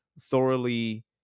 thoroughly